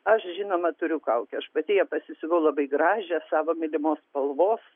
aš žinoma turiu kaukę aš ją pasisiuvau labai gražią savo mylimos spalvos